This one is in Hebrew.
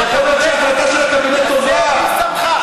ויכול להיות שההחלטה של הקבינט טובה, אז מי שמך?